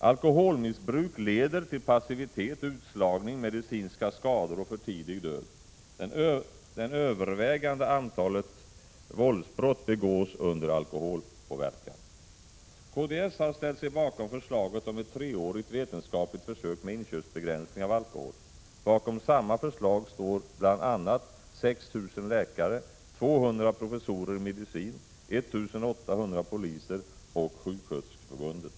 Alkoholmissbruk leder till passivitet, utslagning, medicinska skador och för tidig död. Det övervägande antalet våldsbrott begås under alkoholpåverkan. Kds har ställt sig bakom förslaget om ett treårigt vetenskapligt försök med inköpsbegränsning av alkohol. Bakom samma förslag står bl.a. 6 000 läkare, 200 professorer i medicin, 1 800 poliser och Sjuksköterskeförbundet.